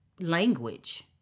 language